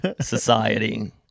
society